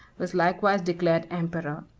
was likewise declared emperor.